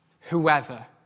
whoever